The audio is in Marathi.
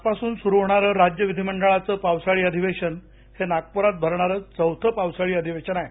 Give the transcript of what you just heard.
आजपासून सुरू होणारं राज्य विघीमंडळाचं पावसाळी अधिवेशन हे नागपुरात भरणारं चौथं पावसाळी अधिवेशन आहे